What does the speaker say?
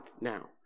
now